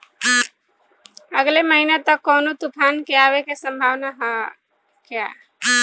अगले महीना तक कौनो तूफान के आवे के संभावाना है क्या?